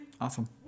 Awesome